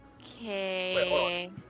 Okay